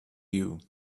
you